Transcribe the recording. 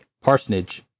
parsonage